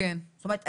זאת אומרת,